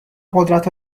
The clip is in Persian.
قدرت